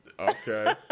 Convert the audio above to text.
Okay